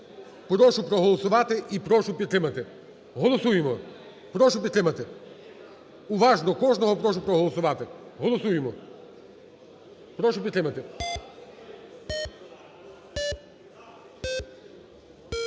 Прошу проголосувати і прошу підтримати. Голосуємо. Прошу підтримати. Уважно, кожного прошу проголосувати. Голосуємо, прошу підтримати.